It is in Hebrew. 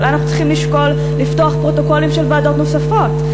אולי אנחנו צריכים לשקול לפתוח פרוטוקולים של ועדות נוספות,